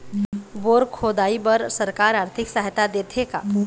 Bore खोदाई बर सरकार आरथिक सहायता देथे का?